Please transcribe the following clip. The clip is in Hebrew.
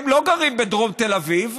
הם לא גרים בדרום תל אביב.